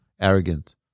arrogant